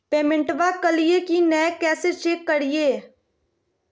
पेमेंटबा कलिए की नय, कैसे चेक करिए?